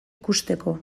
ikusteko